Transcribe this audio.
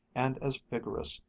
and as vigorous,